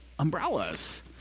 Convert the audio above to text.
umbrellas